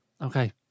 Okay